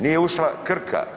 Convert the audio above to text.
Nije ušla Krka.